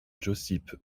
josip